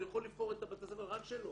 הוא יכול לבחור את בית הספר רק שלו.